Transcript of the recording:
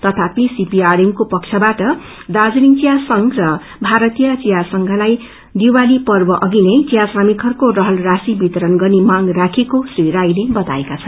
तथापि सीपीआरएम को पक्षवाट दार्जीलिङ चिया संघ र भारतीय विया संघलाई दिवाली पर्व अथिनै चिया श्रमिकहरूको रहल राशि वितरण गत्रे मांग राखिएको श्री राईले बताएका छन्